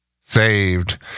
saved